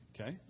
Okay